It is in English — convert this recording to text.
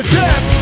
death